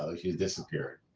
ah she's disappeared.